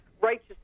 righteous